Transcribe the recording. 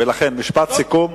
ולכן, משפט סיכום.